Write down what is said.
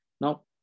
Now